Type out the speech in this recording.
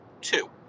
two